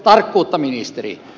tarkkuutta ministeri